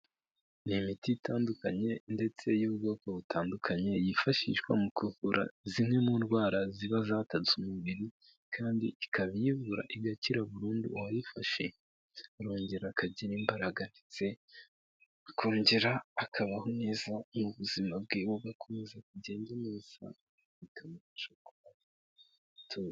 Ni imiti itandukanye ndetse y'ubwoko butandukanye yifashishwa mu kuvura zimwe mu ndwara ziba zatatse umubiri kandi ikaba iyivura igakira burundu uwayifashe arongera akagira imbaraga ndetse akongera akabaho neza mu buzima bwe bugakomeza kugenda neza bikamufashasha kubaho tu.